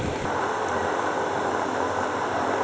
कृषि विपणन के दोषों को दूर करने के लिए क्या कदम उठाने चाहिए?